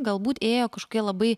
galbūt ėjo kažkokie labai